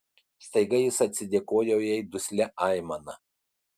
staiga jis atsidėkojo jai duslia aimana